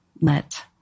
let